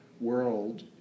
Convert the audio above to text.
world